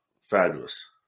fabulous